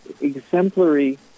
exemplary